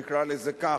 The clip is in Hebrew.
נקרא לזה כך,